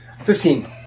Fifteen